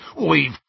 We've